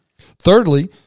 Thirdly